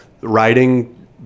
writing